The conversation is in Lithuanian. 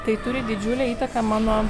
tai turi didžiulę įtaką mano